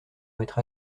mettre